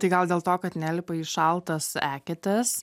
tai gal dėl to kad nelipa į šaltas eketes